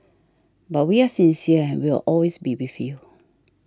but we are sincere and we will always be with you